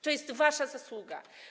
To jest wasza zasługa.